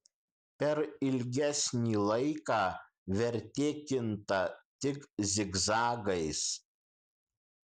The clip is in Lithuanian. per ilgesnį laiką vertė kinta tik zigzagais